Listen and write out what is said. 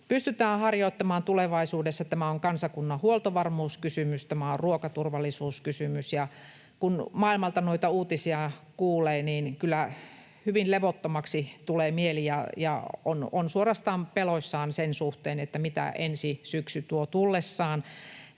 pystytään harjoittamaan tulevaisuudessa. Tämä on kansakunnan huoltovarmuuskysymys, ja tämä on ruokaturvallisuuskysymys. Kun maailmalta uutisia kuulee, niin kyllä hyvin levottomaksi tulee mieli ja on suorastaan peloissaan sen suhteen, mitä ensi syksy tuo tullessaan.